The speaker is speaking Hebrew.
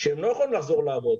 שהם לא יכולים לחזור לעבוד.